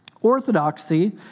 Orthodoxy